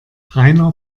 rainer